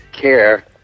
care